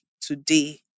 today